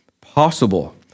possible